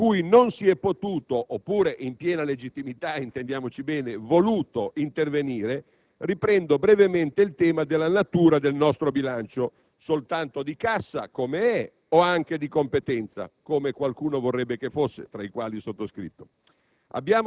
su cui non si è potuto (oppure, in piena legittimità, intendiamoci bene, voluto) intervenire, riprendo brevemente il tema della natura del nostro bilancio: soltanto di cassa, come è, o anche di competenza, come qualcuno - tra i quali il sottoscritto